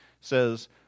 says